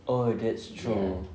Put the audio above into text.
oh that's true